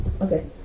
okay